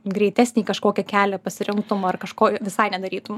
greitesnį kažkokį kelią pasirinktum ar kažko visai nedarytum